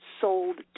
sold